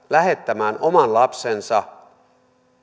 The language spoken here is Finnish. lähettämään oman lapsensa